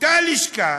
אותה לשכה